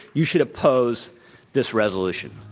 you should oppose this resolution.